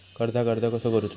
कर्जाक अर्ज कसो करूचो?